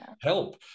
help